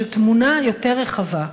של תמונה יותר רחבה.